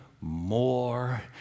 more